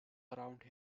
around